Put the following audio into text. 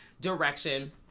direction